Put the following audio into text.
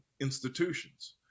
institutions